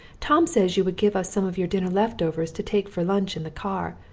tom says you would give us some of your dinner left-overs to take for lunch in the car,